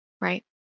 Right